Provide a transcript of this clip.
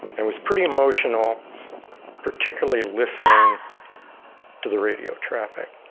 and was pretty emotional particularly listening to the radio traffic.